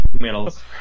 medals